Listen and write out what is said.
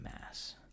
Mass